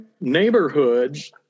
neighborhoods